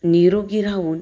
निरोगी राहून